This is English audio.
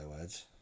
words